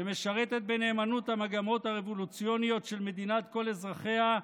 שמשרתת בנאמנות את המגמות הרבולוציוניות של מדינת כל אזרחיה,